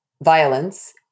violence